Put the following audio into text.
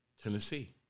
Tennessee